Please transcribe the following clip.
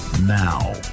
Now